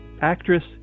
Actress